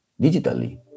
digitally